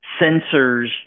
sensors